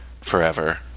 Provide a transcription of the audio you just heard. forever